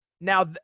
Now